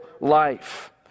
life